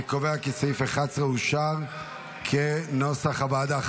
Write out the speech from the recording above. אני קובע כי סעיף 11, כנוסח הוועדה, אושר.